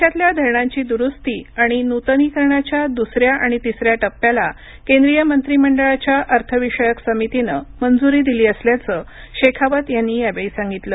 देशातल्या धरणांची दुरुस्ती आणि नुतनीकरणाच्या दूसऱ्या आणि तिसऱ्या टप्प्याला केंद्रीय मंत्री मंडळाच्या अर्थ विषयक समितीनं मंजुरी दिली असल्याचं शेखावत यांनी यावेळी सांगितलं